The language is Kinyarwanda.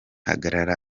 hagarara